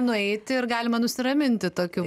nueit ir galima nusiraminti tokiu